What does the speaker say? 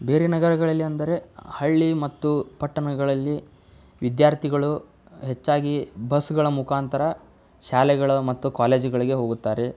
ಬೇರೆ ನಗರಗಳಲ್ಲಿ ಅಂದರೆ ಹಳ್ಳಿ ಮತ್ತು ಪಟ್ಟಣಗಳಲ್ಲಿ ವಿದ್ಯಾರ್ಥಿಗಳು ಹೆಚ್ಚಾಗಿ ಬಸ್ಗಳ ಮುಖಾಂತರ ಶಾಲೆಗಳು ಮತ್ತು ಕಾಲೇಜುಗಳಿಗೆ ಹೋಗುತ್ತಾರೆ